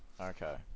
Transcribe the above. okay